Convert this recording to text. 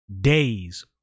days